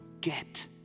get